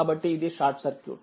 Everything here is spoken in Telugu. కాబట్టి ఇది షార్ట్ సర్క్యూట్